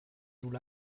joues